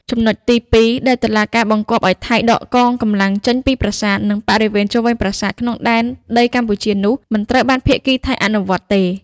ចំណុចទី២ ដែលតុលាការបង្គាប់ឱ្យថៃដកកងកម្លាំងចេញពីប្រាសាទ និងបរិវេណជុំវិញប្រាសាទក្នុងដែនដីកម្ពុជានោះ មិនត្រូវបានភាគីថៃអនុវត្តទេ។